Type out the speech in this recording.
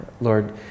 lord